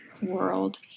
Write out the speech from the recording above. world